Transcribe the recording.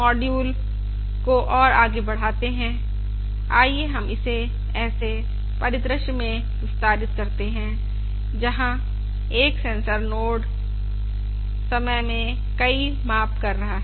module को और आगे बढ़ाते हैं आइए हम इसे ऐसे परिदृश्य में विस्तारित करते हैं जहाँ एक सेंसर नोड समय में कई माप कर रहा है